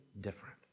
different